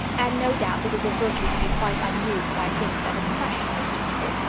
and no doubt it is a virtue to be quite unmoved by things that would crush most people.